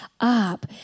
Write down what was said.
up